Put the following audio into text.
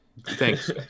Thanks